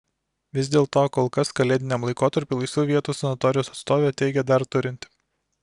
vis dėlto kol kas kalėdiniam laikotarpiui laisvų vietų sanatorijos atstovė teigė dar turinti